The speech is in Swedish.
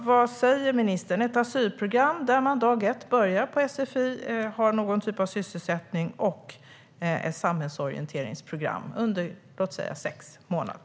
Vad säger ministern om ett asylprogram där man från dag ett börjar på sfi, har någon typ av sysselsättning och deltar i ett samhällsorienteringsprogram under sex månader?